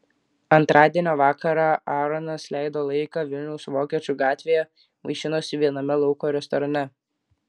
antradienio vakarą aaronas leido laiką vilniaus vokiečių gatvėje vaišinosi viename lauko restorane